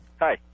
Hi